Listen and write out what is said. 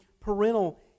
parental